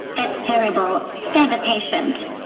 that's terrible said the patient.